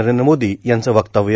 नरेंद्र मोदी यांचं वक्तव्य